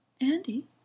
Andy